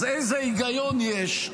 אז איזה היגיון יש,